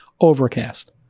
Overcast